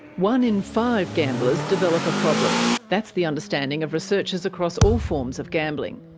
one in five gamblers develop a problem, that's the understanding of researchers across all forms of gambling.